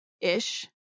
ish